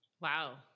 Wow